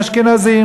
אשכנזים,